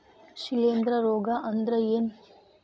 ಶಿಲೇಂಧ್ರ ರೋಗಾ ಅಂದ್ರ ಏನ್?